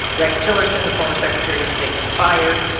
rex tillerson, the former secretary of state, was fired.